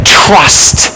trust